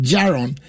Jaron